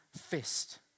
fist